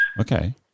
Okay